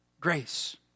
grace